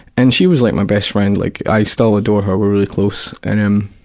and she was like my best friend. like i still adore her, we're really close. and um